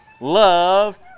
Love